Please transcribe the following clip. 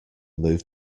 moved